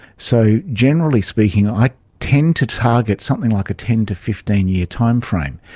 so generally speaking i tend to target something like a ten to fifteen year timeframe.